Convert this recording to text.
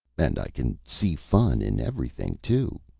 and i can see fun in everything, too,